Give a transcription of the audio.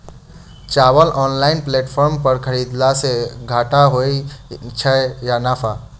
चावल online platform पर खरीदलासे घाटा होइ छै या नफा?